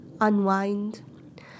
unwind